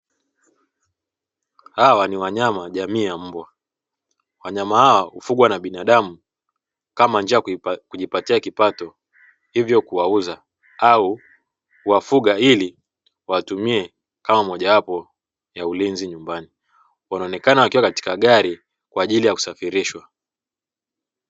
Hawa ni wanyama jamii ya mbwa. Wanyama hawa hufugwa na binadamu kama njia ya kujipatia kipato, hivyo kuwauza au kuwafuga ili wawatumie kama mojawapo ya ulinzi nyumbani. Wanaonekana wakiwa katika gari kwa ajili ya kusafirishwa.